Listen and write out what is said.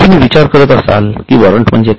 तुम्ही विचार करत असाल कि वॉरंट म्हणजे काय